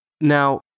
Now